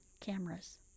cameras